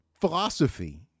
philosophy